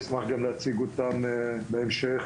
נשמח גם להציג אותם בהמשך